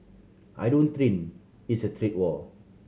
I don't think it's a trade war